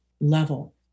level